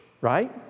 right